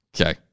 Okay